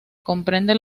comprende